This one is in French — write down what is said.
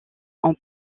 ont